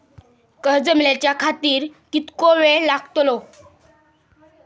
कर्ज मेलाच्या खातिर कीतको वेळ लागतलो?